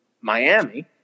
Miami